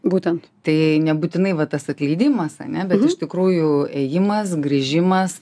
būtent tai nebūtinai va tas atleidimas ane bet tikrųjų ėjimas grįžimas